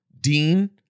Dean